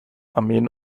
armeen